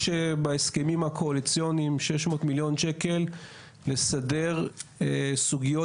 יש בהסכמים הקואליציוניים 600 מיליון שקל לסדר סוגיות